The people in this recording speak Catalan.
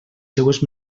seues